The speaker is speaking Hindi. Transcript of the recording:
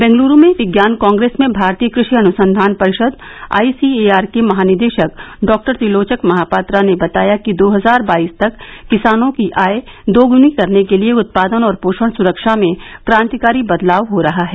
बेंगलुरू में विज्ञान कांग्रेस में भारतीय कृषि अनुसंधान परिषद आईसीएआर के महानिदेशक डॉक्टर त्रिलोचक महापात्रा ने बताया कि दो हजार बईस तक किसानों की आय दोग्नी करने के लिए उत्पादन और पोषण सुरक्षा में क्रांतिकारी बदलाव हो रहा है